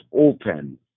open